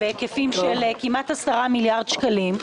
חריגה בהיקפים של כמעט עשרה מיליארד שקלים.